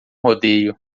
rodeio